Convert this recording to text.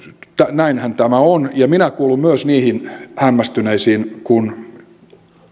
näinhän tämä on minä kuulun myös niihin hämmästyneisiin kun